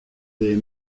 des